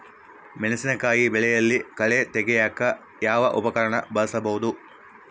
ಮೆಣಸಿನಕಾಯಿ ಬೆಳೆಯಲ್ಲಿ ಕಳೆ ತೆಗಿಯಾಕ ಯಾವ ಉಪಕರಣ ಬಳಸಬಹುದು?